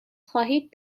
خواهید